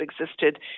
existed